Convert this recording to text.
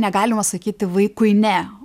negalima sakyti vaikui ne